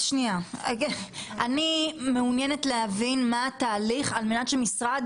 אני מעוניינת להבין מה התהליך על מנת שמשרד